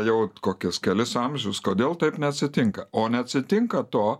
jau kokius kelis amžius kodėl taip neatsitinka o neatsitinka to